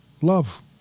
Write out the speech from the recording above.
Love